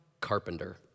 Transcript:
Carpenter